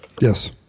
Yes